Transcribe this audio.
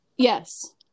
yes